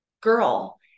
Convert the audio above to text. girl